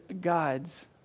gods